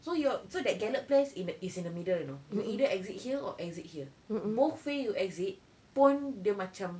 so yo~ so that gather place in is in the middle you know you either exit here or exit here both way you exit pun dia macam